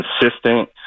consistent